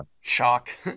Shock